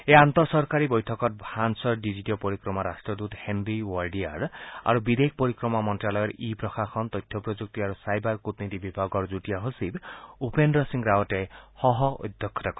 এই আন্তঃচৰকাৰী বৈঠকত ফ্ৰান্সৰ ডিজিটিয় পৰিক্ৰমা ৰাষ্টদূত হেন্ৰি ৱৰ্ডিয়াৰ আৰু বিদেশ পৰিক্ৰমা মন্তালয়ৰ ই প্ৰশাসন তথ্য প্ৰযুক্তি আৰু ছাইবাৰ কূটনীতি বিভাগৰ যুটীয়া সচিব উপেন্দ্ৰ সিং ৰাৱটে সহঃঅধ্যক্ষতা কৰে